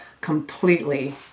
completely